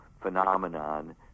phenomenon